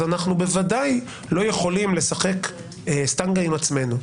אז אנחנו בוודאי לא יכולים לשחק סטנגה עם עצמנו,